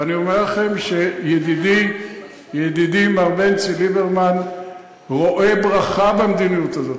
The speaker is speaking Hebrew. ואני אומר לכם שידידי מר בנצי ליברמן רואה ברכה במדיניות הזאת.